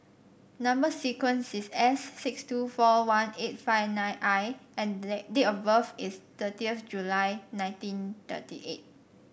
number sequence is S six two four one eight five nine I and date of birth is thirty of July nineteen thirty eight